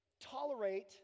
Tolerate